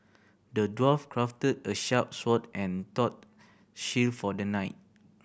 the dwarf crafted a sharp sword and tough shield for the knight